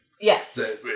Yes